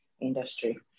industry